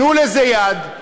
תנו לזה יד.